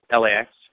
LAX